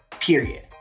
period